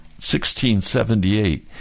1678